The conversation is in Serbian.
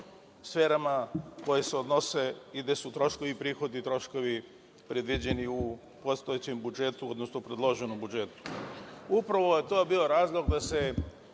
sferama koje se odnose i gde su troškovi, prihodni troškovi predviđeni u postojećem, predloženom budžetu. Upravo je to bio razlog da se